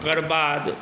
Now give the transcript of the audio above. ओकर बाद